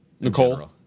Nicole